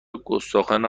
گستاخانه